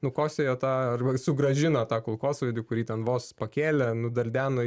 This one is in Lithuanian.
nukosėjo tą arba sugrąžino tą kulkosvaidį kurį ten vos pakėlė nudardeno